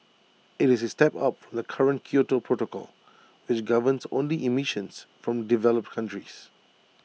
IT is A step up from the current Kyoto protocol which governs only emissions from developed countries